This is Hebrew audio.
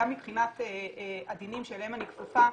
גם מבחינת הדינים שאליהם אני כפופה,